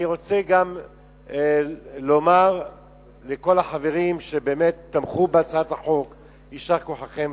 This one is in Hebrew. אני רוצה גם לומר לכל החברים שבאמת תמכו בהצעת החוק: יישר כוחכם,